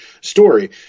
story